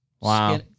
Wow